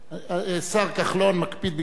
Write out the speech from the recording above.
השר כחלון מקפיד בכבודה של הכנסת.